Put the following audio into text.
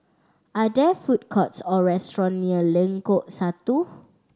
are there food courts or restaurant near Lengkok Satu